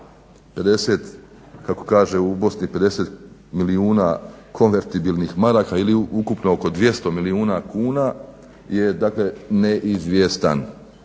50 kako kaže u Bosni 50 milijuna konvertibilnih maraka ili ukupno oko 200 milijuna kuna je neizvjestan.